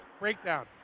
Breakdown